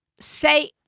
say